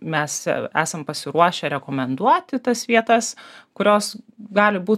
mes esam pasiruošę rekomenduoti tas vietas kurios gali būt